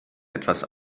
etwas